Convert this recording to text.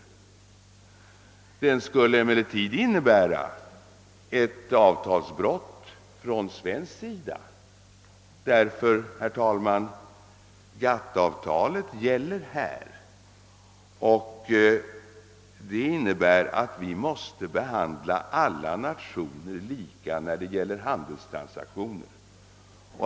Aktionen skulle emellertid innebära ett avtalsbrott från svensk sida, ty, herr talman, GATT-avtalet gäller i detta sammanhang och det betyder att vi måste behandla alla nationer lika när det gäller handelstransaktioner.